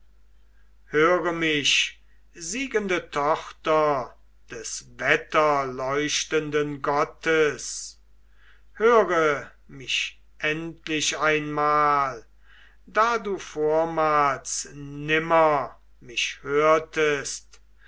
höre mich siegende tochter des wetterleuchtenden gottes höre mich endlich einmal da du vormals nimmer mich hörtest